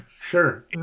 sure